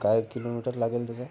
काय किलोमीटर लागेल त्याचा